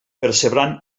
percebran